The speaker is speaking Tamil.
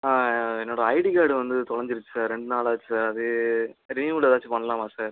ஆ என்னோடய ஐடி கார்டு வந்து தொலஞ்சுருச்சி சார் ரெண்டு நாள் ஆச்சு சார் அது ரினிவல் ஏதாச்சும் பண்ணலாமா சார்